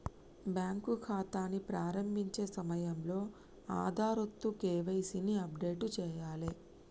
bank ఖాతాని ప్రారంభించే సమయంలో ఆధార్తో కేవైసీ ని అప్డేట్ చేయాలే